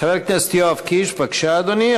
חבר הכנסת יואב קיש, בבקשה, אדוני.